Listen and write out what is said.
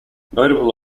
notable